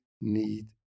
need